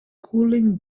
cooling